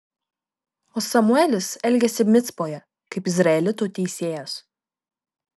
o samuelis elgėsi micpoje kaip izraelitų teisėjas